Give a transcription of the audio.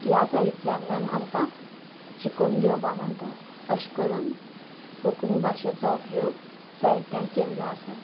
ह्या साहित्यांतल्यान आमकां शिकून घेवपा मेळटा अशें करून कोंकणी भाशेचो उपयोग साहित्यात केल्लो आसा